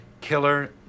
killer